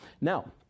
Now